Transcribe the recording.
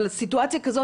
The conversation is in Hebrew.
אבל סיטואציה כזאת,